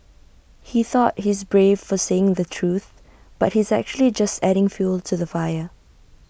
he thought he's brave for saying the truth but he's actually just adding fuel to the fire